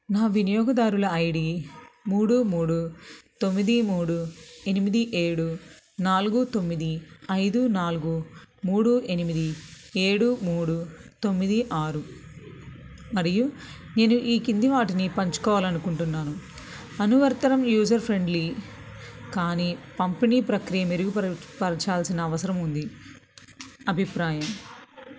నా వినియోగదారుల I D మూడు మూడు తొమ్మిది మూడు ఎనిమిది ఏడు నాలుగు తొమ్మిది ఐదు నాలుగు మూడు ఎనిమిది ఏడు మూడు తొమ్మిది ఆరు మరియు నేను ఈ కింది వాటిని పంచుకోవాలి అనుకుంటున్నాను అనువర్తనం యూజర్ ఫ్రెండ్లీ కానీ పంపిణీ ప్రక్రియ మెరుగుపరచాల్సిన అవసరం ఉంది అభిప్రాయం